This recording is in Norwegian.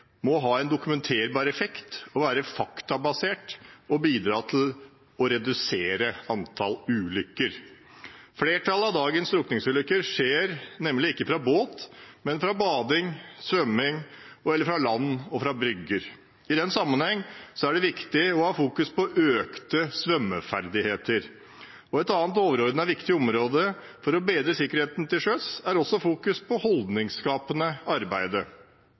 må ha en dokumenterbar effekt, være faktabasert og bidra til å redusere antall ulykker. Flertallet av dagens drukningsulykker skjer nemlig ikke fra båt, men ved bading og svømming, fra land og fra brygger. I den sammenheng er det viktig å rette oppmerksomheten mot økte svømmeferdigheter. Et annet overordnet viktig område for å bedre sikkerheten til sjøs er holdningsskapende arbeid. Komiteen vil også